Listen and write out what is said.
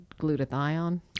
glutathione